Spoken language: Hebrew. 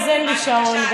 גם אין לי שעון,